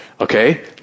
okay